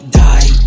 die